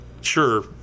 sure